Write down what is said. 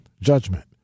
judgment